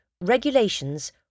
regulations